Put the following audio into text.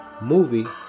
movie